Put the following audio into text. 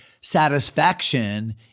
satisfaction